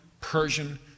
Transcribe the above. Persian